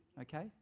okay